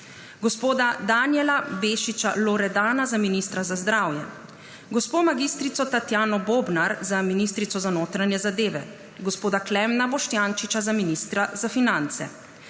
gospoda Danijela Bešiča Loredana za ministra za zdravje, gospo mag. Tatjano Bobnar za ministrico za notranje zadeve, gospoda Klemna Boštjančiča za ministra za finance,